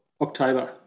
October